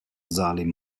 salim